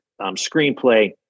screenplay